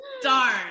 Darn